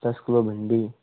दस किलो भिंडी